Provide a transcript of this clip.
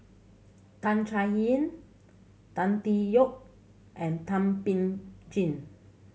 Tan Chay Yan Tan Tee Yoke and Thum Ping Tjin